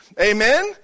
Amen